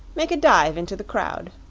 make a dive into the crowd.